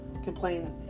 complain